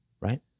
Right